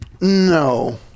No